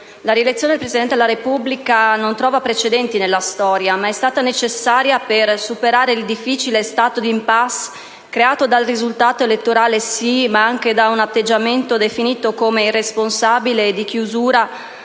La rielezione del Presidente della Repubblica non trova precedenti nella storia, ma è stata necessaria per superare il difficile stato di *impasse* creato dal risultato elettorale sì, ma anche da un atteggiamento definito come irresponsabile e di chiusura